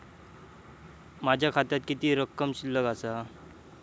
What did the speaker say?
माझ्या खात्यात किती रक्कम शिल्लक आसा?